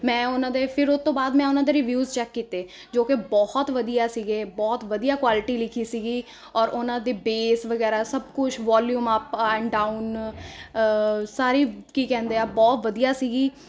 ਮੈਂ ਉਹਨਾਂ ਦੇ ਫਿਰ ਉਹ ਤੋਂ ਬਾਅਦ ਮੈਂ ਉਹਨਾਂ ਦੇ ਰਿਵਿਊਜ਼ ਚੈੱਕ ਕੀਤੇ ਜੋ ਕਿ ਬਹੁਤ ਵਧੀਆ ਸੀਗੇ ਬਹੁਤ ਵਧੀਆ ਕੁਆਲਿਟੀ ਲਿਖੀ ਸੀਗੀ ਔਰ ਉਹਨਾਂ ਦੀ ਬੇਸ ਵਗੈਰਾ ਸਭ ਕੁਝ ਵੋਲਿਊਮ ਅਪ ਡਾਊਨ ਸਾਰੇ ਕੀ ਕਹਿੰਦੇ ਆ ਬਹੁਤ ਵਧੀਆ ਸੀਗੀ